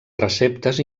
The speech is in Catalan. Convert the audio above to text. receptes